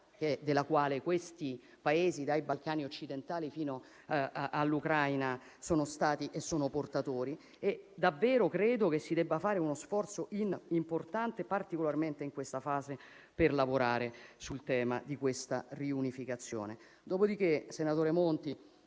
della quale questi Paesi, dai Balcani occidentali fino all'Ucraina, sono stati e sono portatori. Credo davvero che si debba fare uno sforzo importante, particolarmente in questa fase, per lavorare sul tema di questa riunificazione. Senatore Monti,